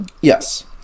Yes